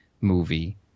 movie